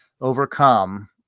overcome